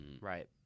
right